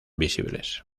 visibles